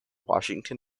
washington